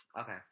Okay